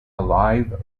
live